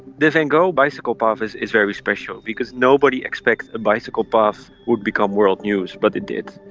the van gogh bicycle path is is very special because nobody expects a bicycle path would become world news, but it did.